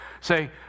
say